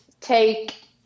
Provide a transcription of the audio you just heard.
take